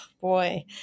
boy